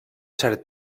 cert